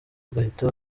ugahita